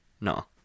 No